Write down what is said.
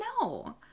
no